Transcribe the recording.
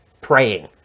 Praying